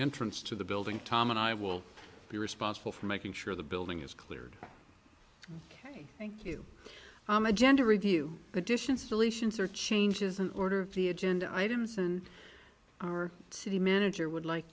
entrance to the building tom and i will be responsible for making sure the building is cleared ok thank you gen to review additions deletions or changes in order of the agenda items and our city manager would like